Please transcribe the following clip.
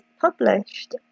published